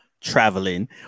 traveling